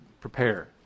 prepare